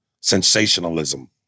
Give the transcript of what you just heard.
sensationalism